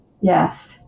Yes